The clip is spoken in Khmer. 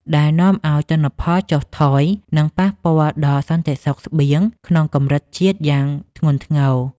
ដែលនាំឱ្យទិន្នផលចុះថយ និងប៉ះពាល់ដល់សន្តិសុខស្បៀងក្នុងកម្រិតជាតិយ៉ាងធ្ងន់ធ្ងរ។